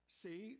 see